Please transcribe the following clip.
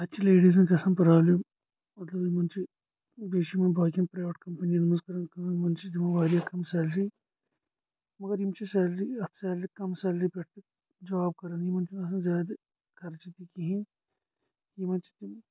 تَتہِ چھِ لیٚڈیٖزَن گژھان پروبلِم مطلب یِمن چھ بیٚیہِ چھِ یِم باقین پریوٹ کِمپنِیَن منٛز کران کٲم یِمن چھِ دِوان واریاہ کَم سیلری مَگر یِم چھِ سیلری اَتھ سیلری کَم سیلری پٮ۪ٹھ تہِ جاب کران یِمن چھُ نہٕ آسان زیادٕ خرچہٕ تہِ کِہِنۍ یِمن چھِ تِم